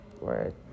Right